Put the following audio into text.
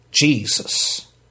Jesus